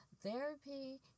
Therapy